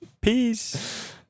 Peace